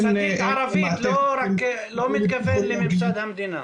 ממסדית ערבית, אתה לא מתכוון לממסד המדינה.